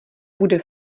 bude